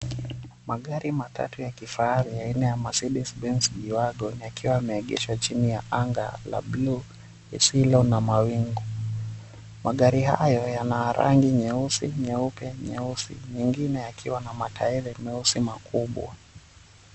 Magari matatu ya kifahari ya aina ya Mercedes Benz G wagon yakwa yameegeshwa chini ya anga la blue lisilo na mawingu, magari hayo yanarangi nyeupe, nyeusi mengine yakiwa na matairi meusi makubwa.